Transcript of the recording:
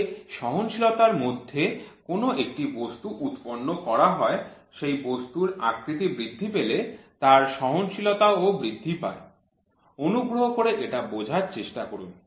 যে সহনশীলতার মধ্যে কোন একটি বস্তু উৎপন্ন করা হয় সেই বস্তুর আকৃতি বৃদ্ধি পেলে তার সহনশীলতা ও বৃদ্ধি পায় অনুগ্রহ করে এটা বোঝার চেষ্টা করুন